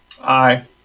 aye